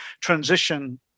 transition